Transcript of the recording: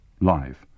live